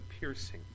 piercing